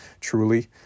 truly